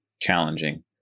challenging